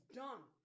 done